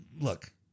look